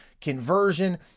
conversion